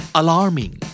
alarming